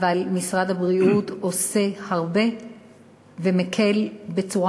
אבל משרד הבריאות עושה הרבה ומקל בצורה